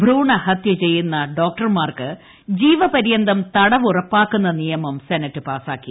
ഭ്രൂണഹത്യ ചെയ്യുന്ന ഡോക്ടർമാർക്ക് ജീവപര്യന്തം തടവ് ഉറപ്പാക്കുന്ന നിയമം സെനറ്റ് പാസ്സാക്കി